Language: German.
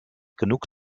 genug